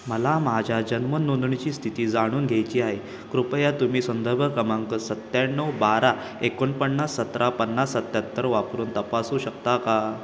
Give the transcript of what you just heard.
मला माझ्या जन्म नोंदणीची स्थिती जाणून घ्यायची आहे कृपया तुम्ही संदर्भ क्रमांक सत्त्याण्णव बारा एकोणपन्नास सतरा पन्नास सत्त्याहत्तर वापरून तपासू शकता का